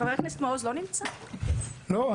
חבר הכנסת מעוז לא נמצא?[ לא.